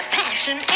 passion